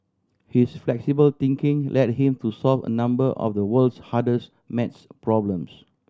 his flexible thinking led him to solve a number of the world's hardest maths problems